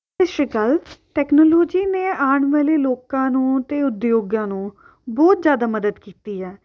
ਸਤਿ ਸ਼੍ਰੀ ਅਕਾਲ ਟੈਕਨਾਲੋਜੀ ਨੇ ਆਉਣ ਵਾਲੇ ਲੋਕਾਂ ਨੂੰ ਅਤੇ ਉਦਯੋਗਾਂ ਨੂੰ ਬਹੁਤ ਜ਼ਿਆਦਾ ਮਦਦ ਕੀਤੀ ਹੈ